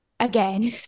again